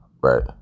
Right